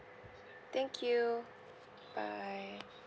thank you bye